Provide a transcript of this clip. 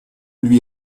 lui